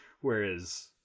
Whereas